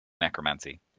Necromancy